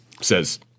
says